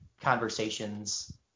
conversations